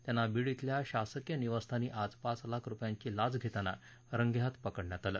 त्यांना बीड इथल्या शासकीय निवासस्थानी आज पाच लाख रुपयांची लाच घेताना रंगेहात पकडण्यात आलं